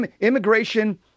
immigration—